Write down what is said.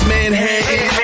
Manhattan